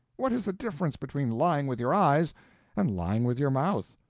what is the difference between lying with your eyes and lying with your mouth?